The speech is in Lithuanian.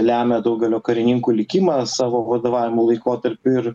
lemia daugelio karininkų likimą savo vadovavimo laikotarpiu ir